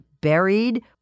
buried